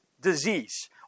Disease